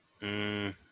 -hmm